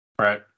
Right